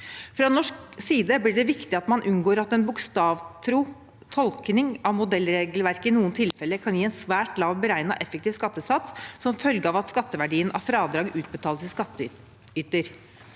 Fra norsk side blir det viktig at man unngår at en bokstavtro tolkning av modellregelverket i noen tilfeller kan gi en svært lav beregnet effektiv skattesats som følge av at skatteverdien av fradrag utbetales til skattyter,